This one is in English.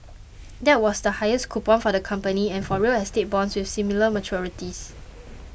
that was the highest coupon for the company and for real estate bonds with similar maturities